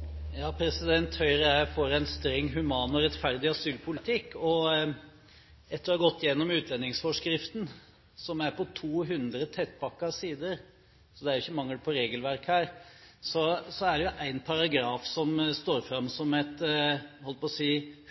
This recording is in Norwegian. Høyre er for en streng, human og rettferdig asylpolitikk. Etter å ha gått gjennom utlendingsforskriften, som er på 200 tettpakkede sider – det er ikke mangel på regelverk her – er det en paragraf som står fram som et